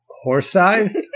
horse-sized